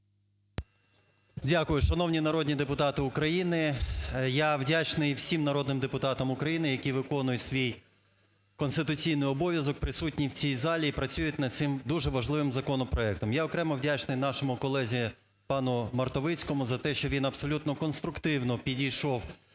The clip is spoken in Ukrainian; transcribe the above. Дякую. Шановні народні депутати України! Я вдячний всім народним депутатам України, які виконують свій конституційний обов'язок, присутні в цій залі і працюють над цим дуже важливим законопроектом. Я окремо вдячний нашому колезі пану Мартовицькому за те, що він абсолютно конструктивно підійшов